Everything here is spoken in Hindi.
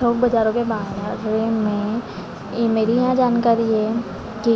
थोक बाज़ारों के बारे में ये मेरी हां जानकारी है कि